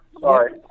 Sorry